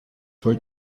wollt